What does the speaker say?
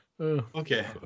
Okay